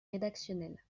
rédactionnel